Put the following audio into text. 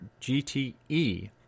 GTE